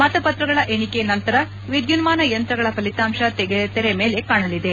ಮತಪತ್ರಗಳ ಎಣಿಕೆ ನಂತರ ವಿದ್ಯುನ್ನಾನ ಯಂತ್ರಗಳ ಫಲಿತಾಂಶ ತೆಗೆ ಮೇಲೆ ಕಾಣಲಿದೆ